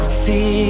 see